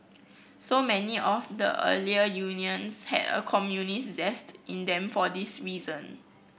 so many of the earlier unions had a communist zest in them for this reason